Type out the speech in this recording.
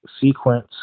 sequence